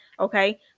Okay